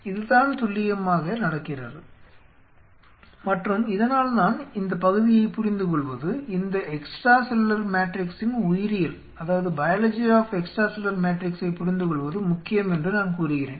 இதுதான் துல்லியமாக நடக்கிறது மற்றும் இதனால்தான் இந்த பகுதியை புரிந்துகொள்வது இந்த எக்ஸ்ட்ரா செல்லுலார் மேட்ரிக்சின் உயிரியலை புரிந்துகொள்வது முக்கியம் என்று நான் கூறுகிறேன்